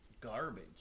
Garbage